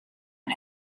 and